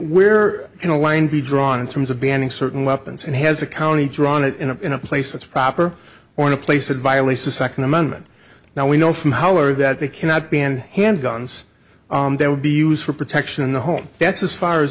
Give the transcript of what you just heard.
where can a line be drawn in terms of banning certain weapons and has a county drawn it in a in a place that's proper or in a place that violates the second amendment now we know from however that they cannot ban handguns they would be used for protection in the home that's as far as